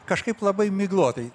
kažkaip labai miglotai